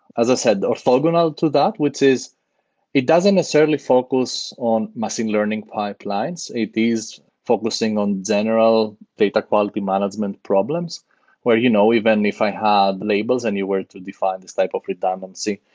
as i said, orthogonal to that, which is it doesn't necessarily focus on machine learning pipeline. so it is focusing on general data quality management problems where you know even if i have labels anywhere to define this type of redundancy,